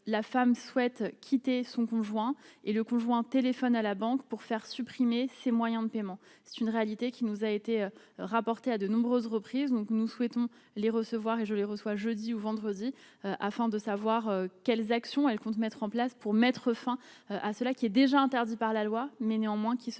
la femme souhaite quitter son conjoint et le conjoint, téléphone à la banque pour faire supprimer ces moyens de paiement, c'est une réalité qui nous a été rapporté à de nombreuses reprises, donc nous souhaitons les recevoir et je les reçois jeudi ou vendredi, afin de savoir quelles actions elle compte mettre en place pour mettre fin à cela qu'il est déjà interdit par la loi mais néanmoins qui se